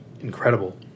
incredible